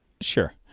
Sure